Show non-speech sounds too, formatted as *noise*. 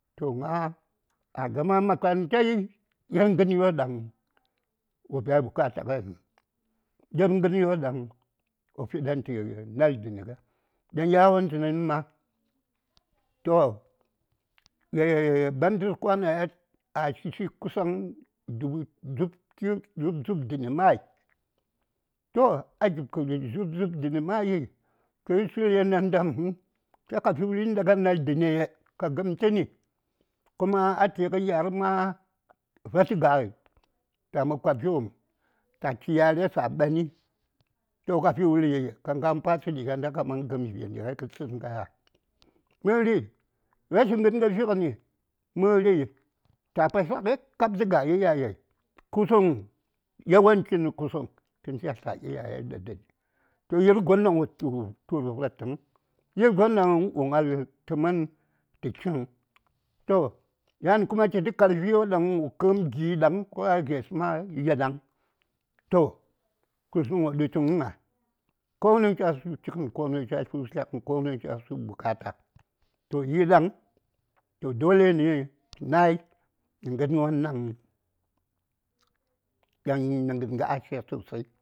﻿To ŋa: a gama makarantai yir ŋənwon ɗaŋ wo biya bukata ŋai həŋ yir ŋənwon ɗaŋ wo fi ɗaŋ tə nal dən ŋai ɗaŋ yawon tsənən ma toh *hesitation* bandər kwano a shishi kusan dubu dzub dzub dəni mayi toh a gip kə dzub dzub dəni mayes kə yir sule nandam həŋ ta ka fi wuri nda ka nal dəne? ka gəm tə ni? kuma a teŋə ya:r ma valti ga:l ta mob karfiwopm ta chi yareshi ta ɓani ta ka fi wuri? ta ka ŋanə patsə ɗinda ka gəm vineskai ya? məri rashi ŋənŋə fiŋəni məri ta basakəi kab tə ga iyaye kusuŋ yawanchi nə kusəŋ kən cha tla ayaye ɗa dən kə yir gon ɗaŋ wo tu:r vərtəŋ yir gon ɗaŋ wo ŋal tə mən tə chiŋ, toh yan kuma chitə karfiwon ɗaŋ wo kə:m gi ɗaŋ ko ya giyes ma yi ɗaŋ, toh kusuŋ wo ɗutuŋa:komu chasu chiŋən ko nu chasu tlyaŋən konu cha su bukata toh yi ɗaŋ toh dole ne tə nayi nə ŋənwon ɗaŋ ɗaŋ nə ŋənŋə asha sosai.